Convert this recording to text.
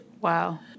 Wow